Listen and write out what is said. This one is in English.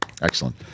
Excellent